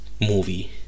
movie